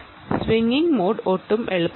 swinging mode ഒട്ടും എളുപ്പമല്ല